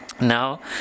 Now